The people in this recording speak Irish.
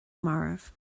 marbh